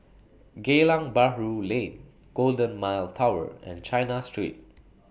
Geylang Bahru Lane Golden Mile Tower and China Street